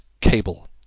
cable